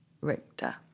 Richter